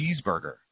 cheeseburger